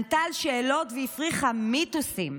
ענתה על שאלות והפריכה מיתוסים.